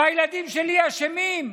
והילדים שלי אשמים?